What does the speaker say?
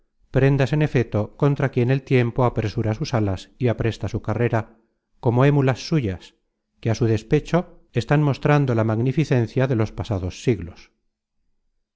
prendas en efeto contra quien el tiempo apresura sus alas y apresta su carrera como émulas suyas que á su despecho están mostrando la magnificencia de los pasados siglos